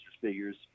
figures